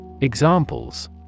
Examples